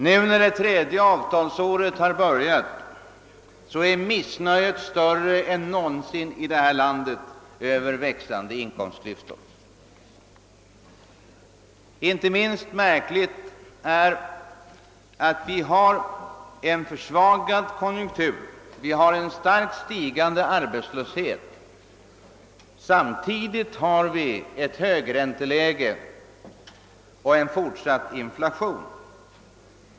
Nu när det tredje avtalsåret har börjat är missnöjet större än någonsin i vårt land över växande inkomstklyftor. Inte minst märkligt är att vi har en försvagad konjunktur och en starkt stigande arbetslöshet. Samtidigt har vi ett högränteläge och en fortsatt inflation.